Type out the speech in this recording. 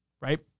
right